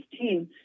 team